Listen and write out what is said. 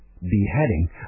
beheading